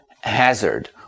hazard